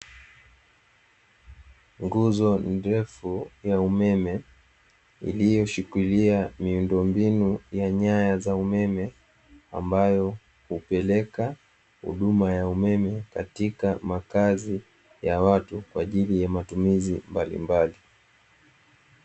Nguzo ndefu ya umeme iliyoshikilia miundo mbinu ya nyaya za umeme, ambayo hupeleka huduma ya umeme katika makazi ya watu kwa ajili ya matumizi mbalimbali.